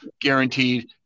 guaranteed